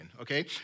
okay